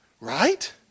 right